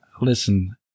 listen